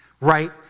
Right